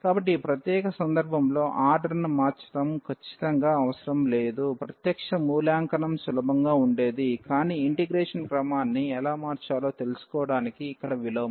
కాబట్టి ఈ ప్రత్యేక సందర్భంలో ఆర్డర్ను మార్చడం ఖచ్చితంగా అవసరం లేదు ప్రత్యక్ష మూల్యాంకనం సులభంగా ఉండేది కానీ ఇంటిగ్రేషన్ క్రమాన్ని ఎలా మార్చాలో తెలుసుకోవడానికి ఇక్కడ విలోమం